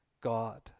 God